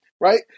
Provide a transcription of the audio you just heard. right